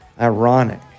Ironic